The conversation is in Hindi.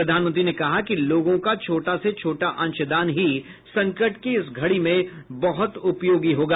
प्रधानमंत्री ने कहा कि लोगों का छोटा से छोटा अंशदान ही संकट की इस घड़ी में बहुत उपयोगी होगा